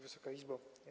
Wysoka Izbo!